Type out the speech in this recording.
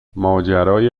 ماجرای